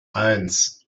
eins